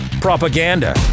propaganda